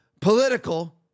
political